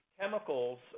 chemicals